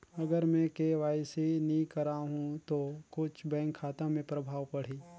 अगर मे के.वाई.सी नी कराहू तो कुछ बैंक खाता मे प्रभाव पढ़ी?